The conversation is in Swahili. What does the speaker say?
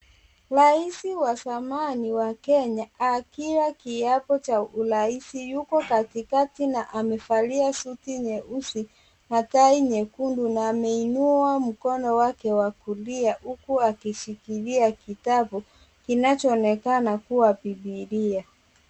Rais wa zamani wa Kenya akila kiapo cha urais yuko katikati na amevalia suti nyeusi na tai nyekundu na ameinua mkono wake wa kulia huku akishikilia kitabu kinachoonekana kuwa bibilia.